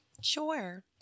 Sure